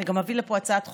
ואני גם אביא לפה הצעת חוק,